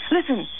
Listen